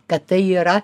kad tai yra